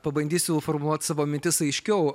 pabandysiu suformuluot savo mintis aiškiau